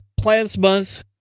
plasmas